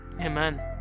Amen